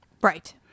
Right